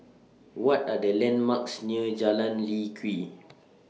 What Are The landmarks near Jalan Lye Kwee